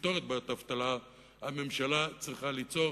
לפתור את בעיית האבטלה, הממשלה צריכה ליצור